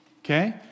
Okay